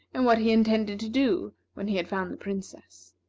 and what he intended to do when he had found the princess.